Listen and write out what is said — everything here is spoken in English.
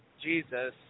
Jesus